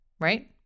Right